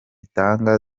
itanga